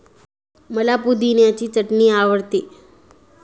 मला पुदिन्याची चटणी आवडते